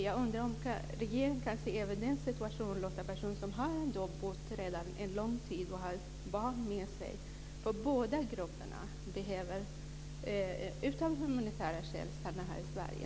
Jag undrar om inte regeringen kan se till den situationen och låta personer som redan har bott här en lång tid och har barn får stanna. Båda grupperna behöver få stanna här i Sverige av humanitära skäl.